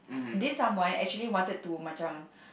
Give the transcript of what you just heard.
this someone actually wanted to macam